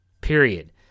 period